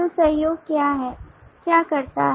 तो सहयोग क्या करता है